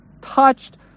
touched